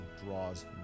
draws